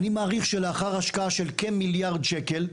אני מעריך שלאחר השקעה של כמיליארד שקלים,